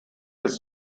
des